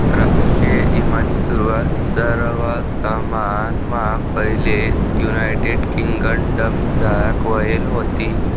राष्ट्रीय ईमानी सुरवात सरवाससममा पैले युनायटेड किंगडमझार व्हयेल व्हती